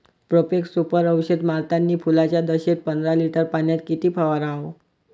Profex Super औषध मारतानी फुलाच्या दशेत पंदरा लिटर पाण्यात किती फवाराव?